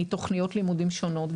מתוכניות לימודים שונות,